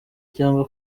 cyangwa